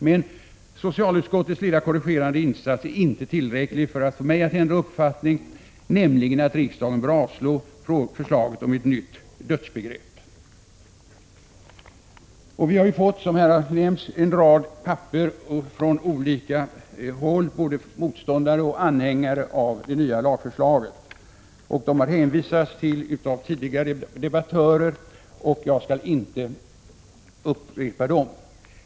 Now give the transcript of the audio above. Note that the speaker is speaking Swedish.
Men socialutskottets lilla korrigerande insats är inte tillräcklig för att få mig att ändra uppfattning, nämligen att riksdagen bör avslå förslaget om ett nytt dödsbegrepp. Vi har, som här har nämnts, fått en mängd skrivelser från olika håll, både från motståndare till och anhängare av det nya lagförslaget. Tidigare debattörer har hänvisat till dem. Jag skall inte upprepa deras innehåll.